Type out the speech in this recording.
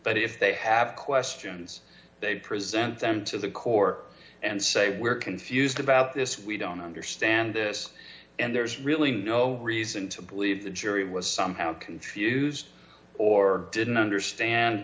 but if they have questions they present them to the core and say we're confused about this we don't understand this and there's really no reason to believe the jury was somehow confused or didn't understand